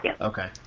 okay